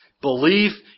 Belief